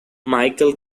michael